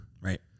Right